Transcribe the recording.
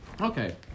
okay